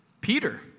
Peter